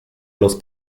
los